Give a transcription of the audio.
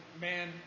man